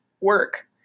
work